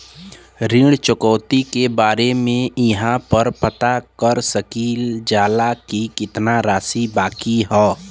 ऋण चुकौती के बारे इहाँ पर पता कर सकीला जा कि कितना राशि बाकी हैं?